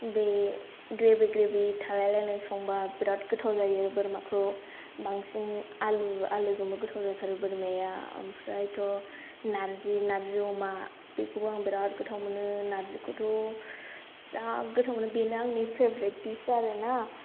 बे gravy gravy थालायलायनाय संब्ला बिराद गोथाव जायो बोरमाखौ बांसिन आलु आलुजोंबो गोथाव जाथारो बोरमाया ओमफ्रायथ' नारजि नारजि अमा बेखौबो आं बिराद गोथाव मोनो नारजिखौथ' जा गोथाव मोनो बेनो आंनि फेभरेट डिस आरोना